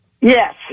Yes